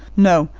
no,